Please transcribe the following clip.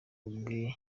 ubwe